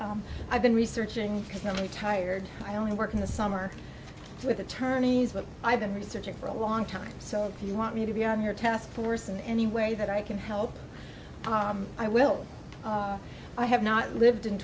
i've been researching the retired i only work in the summer with attorneys but i've been researching for a long time so if you want me to be on your task force in any way that i can help i will i have not lived in